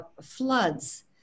floods